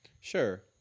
Sure